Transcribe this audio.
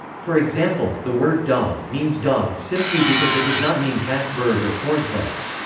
for example, the word dog means dog simply because it does not mean cat, bird or cornflakes.